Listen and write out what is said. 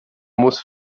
muss